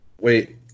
Wait